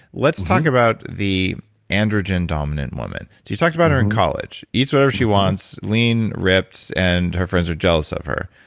let's talk about the androgen-dominant women. you talked about her in college. eats whatever she wants, lean, ripped, and her friends are jealous of her.